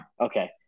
Okay